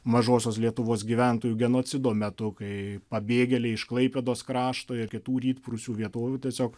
mažosios lietuvos gyventojų genocido metu kai pabėgėliai iš klaipėdos krašto ir kitų rytprūsių vietovių tiesiog